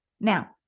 Now